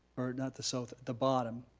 or not the south, the bottom,